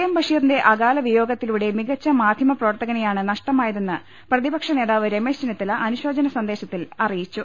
M ബഷീറിന്റെ അകാല വിയോഗത്തിലൂടെ മികച്ച മാധ്യ മപ്രവർത്തകനെയാണ് നഷ്ടമായതെന്ന് പ്രതിപക്ഷനേതാവ് രമേശ് ചെന്നിത്തല അനുശോചന സന്ദേശത്തിൽ അറിയിച്ചു